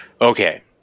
okay